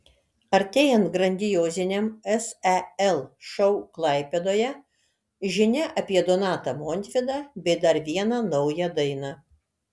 artėjant grandioziniam sel šou klaipėdoje žinia apie donatą montvydą bei dar vieną naują dainą